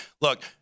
look